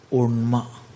unma